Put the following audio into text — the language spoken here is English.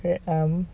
um